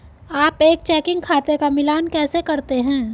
आप एक चेकिंग खाते का मिलान कैसे करते हैं?